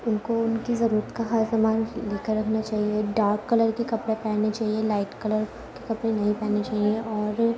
ان کو ان کی ضرورت کا ہر سامان لے کر رکھنا چاہیے ڈارک کلر کے کپڑے پہننے چاہیے لائٹ کلر کے کپڑے نہیں پہننے چاہیے اور